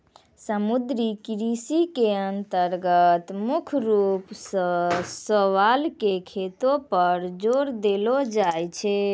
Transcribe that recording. समुद्री कृषि के अन्तर्गत मुख्य रूप सॅ शैवाल के खेती पर जोर देलो जाय छै